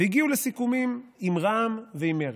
והגיעו לסיכומים עם רע"מ ועם מרצ.